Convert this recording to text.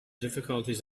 difficulties